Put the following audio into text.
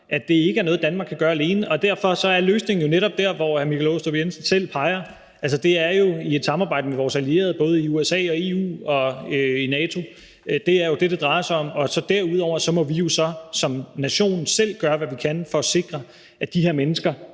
at det ikke er noget, Danmark kan gøre alene, og derfor er løsningen jo netop den, hr. Michael Aastrup Jensen selv peger på, nemlig et samarbejde med vores allierede, både i USA og i EU og i NATO. Det er det, det drejer sig om. Derudover må vi jo så som nation selv gøre, hvad vi kan for at sikre, at de her mennesker